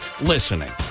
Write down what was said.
listening